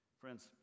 friends